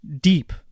deep